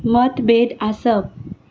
मतभेद आसप